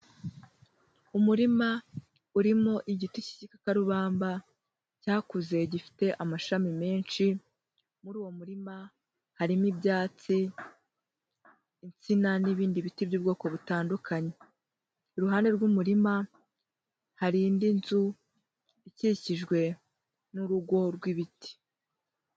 Umurima urimo igiti cy'igikakarubamba cyakuze gifite amashami menshi, muri uwo murima harimo ibyatsi, insina n'ibindi biti by'ubwoko butandukanye. Iruhande rw'umurima hari indi nzu ikikijwe n'urugo rw'ibiti.